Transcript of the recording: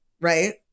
Right